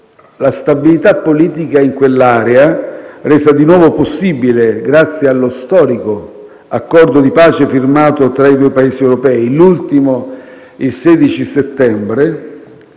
La stabilità politica in quell'area, resa di nuovo possibile grazie allo storico accordo di pace firmato tra i due Paesi - l'ultimo il 16 settembre